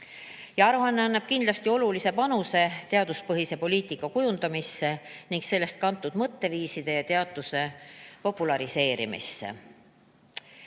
Aruanne annab kindlasti olulise panuse teaduspõhise poliitika kujundamisse ning sellest kantud mõtteviiside ja teaduse populariseerimisse.